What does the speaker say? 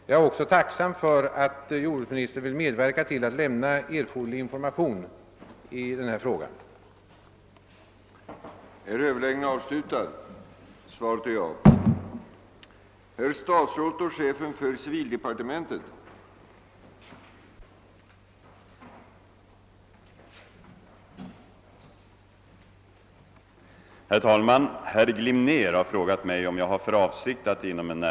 Jag är också tacksam för att jordbruksministern vill medver ka till att det lämnas erforderlig information i detta sammanhang.